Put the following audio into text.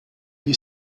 gli